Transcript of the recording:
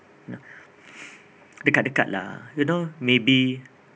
know dekat-dekat lah you know maybe